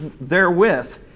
therewith